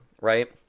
Right